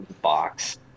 box